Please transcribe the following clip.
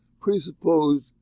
presupposed